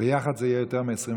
ביחד זה יהיה יותר מ-21?